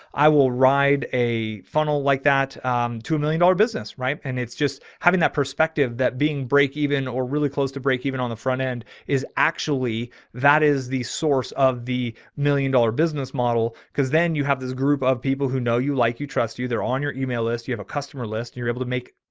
i will ride a funnel like that to a million dollar business. right. and it's just having that perspective, that being breakeven or really close to breakeven on the front end is actually that is the source of the million dollar business model. because then you have this group of people who know you, like you trust you, they're on your email list. you have a customer list and you're able to make.